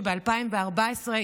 שב-2014,